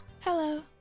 Hello